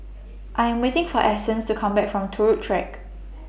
I Am waiting For Essence to Come Back from Turut Track